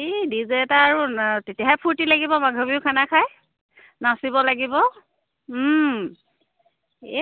এই ডিজেত এটা আৰু তেতিয়াহে ফূৰ্তি লাগিব মাঘ বিহুৰ খানা খায় নাচিব লাগিব